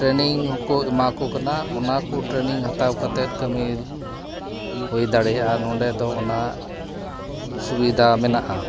training ᱦᱚᱸᱠᱚ ᱮᱢᱟᱠᱚ ᱠᱟᱱᱟ ᱟᱨ ᱚᱱᱟᱠᱚ ᱴᱨᱮᱹᱱᱤᱝ ᱦᱟᱛᱟᱣ ᱠᱟᱛᱮᱫ ᱠᱟᱹᱢᱤ ᱦᱩᱭ ᱫᱟᱲᱮᱭᱟᱜᱼᱟ ᱱᱚᱰᱮ ᱫᱚ ᱚᱱᱟ ᱥᱩᱵᱤᱫᱷᱟ ᱢᱮᱱᱟᱜᱼᱟ